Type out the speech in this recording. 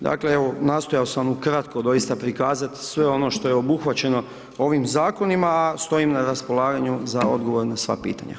Dakle, evo, nastojao sam ukratko doista prikazati sve ono što je obuhvaćeno ovim Zakonima, a stojim na raspolaganju za odgovor na sva pitanja.